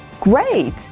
Great